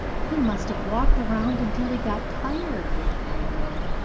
he must have walked around until he got tired, replied nan.